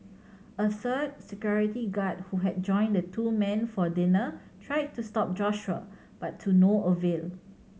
a third security guard who had joined the two men for dinner tried to stop Joshua but to no avail